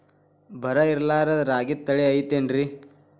ಬರ ಇರಲಾರದ್ ರಾಗಿ ತಳಿ ಐತೇನ್ರಿ?